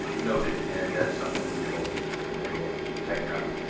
noted, and that's something we will we will tighten up.